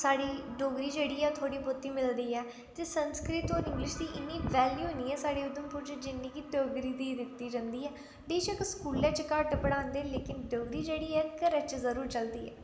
साढ़ी डोगरी जेह्ड़ी ऐ थोह्ड़ी बहोती मिलदी ऐ संस्कृत होर इंग्लिश दी इ'न्नी वैल्यू निं ऐ साढ़े उधमपुर च जि'न्नी की डोगरी दी दित्ती जन्दी ऐ बेशक्क स्कूलें च घट्ट पढ़ांदे न लेकिन डोगरी जेह्ड़ी ऐ घरा च जरूर चलदी ऐ